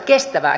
kiitos